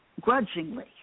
grudgingly